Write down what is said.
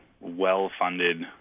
well-funded